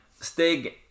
Stig